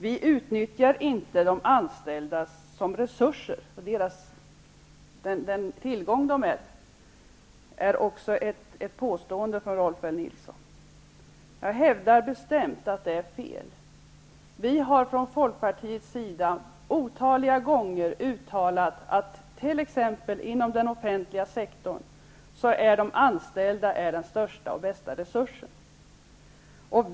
Vi utnyttjar inte de anställda som resurser, som den tillgång de är, påstod Rolf L. Nilson också. Jag hävdar bestämt att det är fel. Vi har från Folkpartiets sida otaliga gånger uttalat att de anställda, t.ex. inom den offentliga sektorn, är den största och bästa resursen.